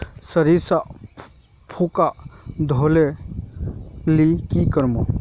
सरिसा पूका धोर ले की करूम?